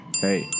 Hey